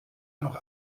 noch